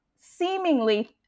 seemingly